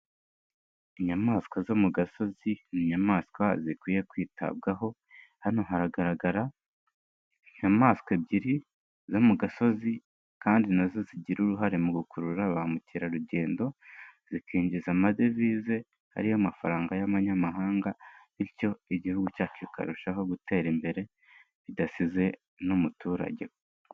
Inyamaswa zo mu gasozi ni inyamaswa zikwiye kwitabwaho, hano haragaragara inyamaswa ebyiri zo mu gasozi kandi nazo zigira uruhare mu gukurura ba mukerarugendo, zikinjiza amadevize ariyo mafaranga y'amanyamahanga, bityo Igihugu cyacu kikarushaho gutera imbere, bidasize n'umuturage.